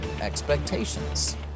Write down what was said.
expectations